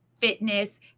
fitness